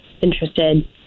interested